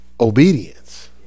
obedience